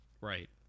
Right